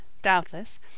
doubtless